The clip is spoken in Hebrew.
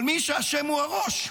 אבל מי שאשם הוא הראש.